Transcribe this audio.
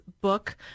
book